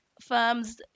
firms